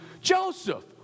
Joseph